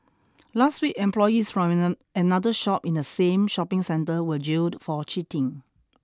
last week employees from another shop in the same shopping centre were jailed for cheating